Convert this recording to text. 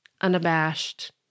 unabashed